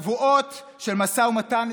שבועות של משא ומתן,